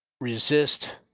resist